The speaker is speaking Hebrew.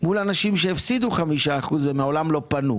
מול אנשים שהפסידו 5% ומעולם לא פנו.